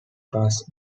class